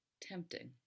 tempting